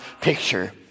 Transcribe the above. picture